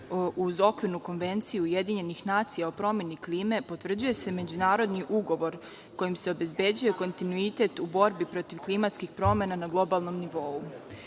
uz Okvirnu konvenciju Ujedinjenih nacija o promeni klime potvrđuje se međunarodni ugovor kojim se obezbeđuje kontinuitet u borbi protiv klimatskih promena na globalnom nivou.